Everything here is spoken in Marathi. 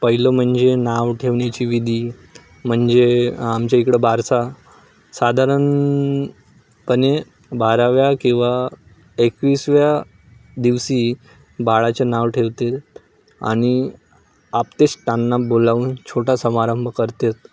पहिलं म्हणजे नाव ठेवण्याची विधी म्हणजे आमच्या इकडं बारसा साधारणपणे बाराव्या किंवा एकवीसव्या दिवशी बाळाचे नाव ठेवतात आणि आप्तेष्टांना बोलावून छोटा समारंभ करतात